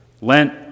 Lent